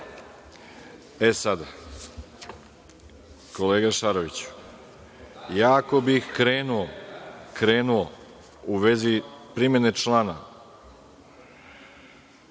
sada, kolega Šaroviću, ja ako bih krenuo u vezi primene člana